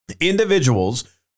individuals